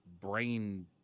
brain